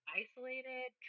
isolated